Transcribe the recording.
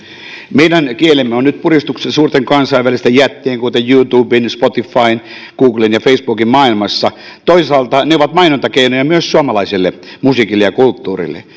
meidän kielemme on nyt puristuksissa suurten kansainvälisten jättien kuten youtuben spotifyn googlen ja facebookin maailmassa toisaalta ne ovat mainontakeinoja myös suomalaiselle musiikille ja kulttuurille